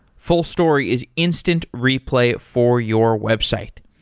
fullstory is instant replay for your website.